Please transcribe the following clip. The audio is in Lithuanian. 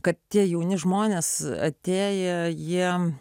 kad tie jauni žmonės atėję jie